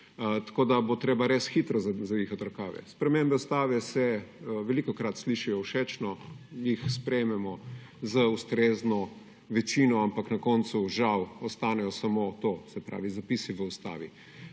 Tako da bo treba res hitro zavihati rokave. Spremembe Ustave se velikokrat slišijo všečno, jih sprejmemo z ustrezno večino, ampak na koncu, žal, ostanejo samo to, se pravi zapisi v Ustavi.